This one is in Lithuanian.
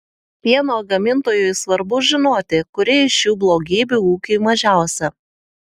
pieno gamintojui svarbu žinoti kuri iš šių blogybių ūkiui mažiausia